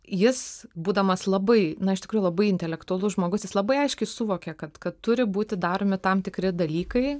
jis būdamas labai na iš tikrųjų labai intelektualus žmogus jis labai aiškiai suvokė kad kad turi būti daromi tam tikri dalykai